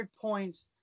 points